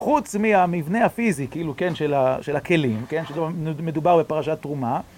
חוץ מהמבנה הפיזי של הכלים, שמדובר בפרשת תרומה.